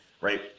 right